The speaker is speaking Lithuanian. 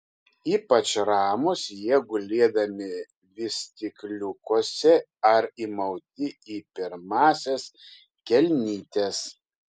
ypač ramūs jie gulėdami vystykliukuose ar įmauti į pirmąsias kelnytes